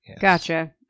Gotcha